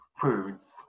foods